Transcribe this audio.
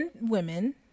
women